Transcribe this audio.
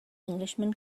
englishman